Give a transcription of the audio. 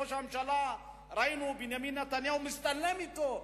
ראינו את ראש הממשלה בנימין נתניהו מצטלם אתו,